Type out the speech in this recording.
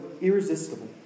irresistible